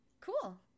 Cool